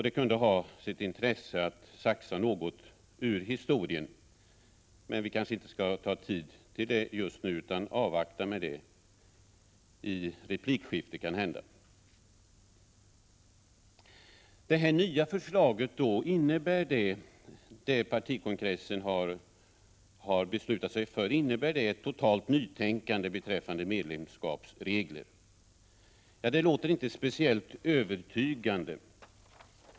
Det kunde ha sitt intresse att saxa något ur historien, men vi kanske inte skall ta upp tiden med det nu utan avvakta till replikskiftet. Innebär det nya förslaget från den socialdemokratiska partikongressen ett totalt nytänkande beträffande medlemskapsregler? Det låter inte speciellt övertygande.